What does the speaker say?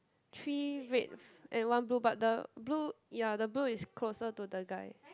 three red f~ and one blue but the blue ya the blue is closer to the guy